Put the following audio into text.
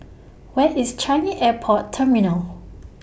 Where IS Changi Airport Terminal